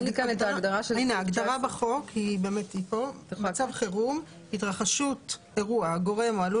ההגדרה בחוק אומרת: "מצב חירום התרחשות אירוע הגורם או העלול